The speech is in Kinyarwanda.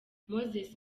moses